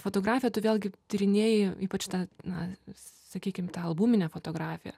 fotografiją tu vėlgi tyrinėji ypač tą na sakykim tą albuminę fotografiją